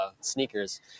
sneakers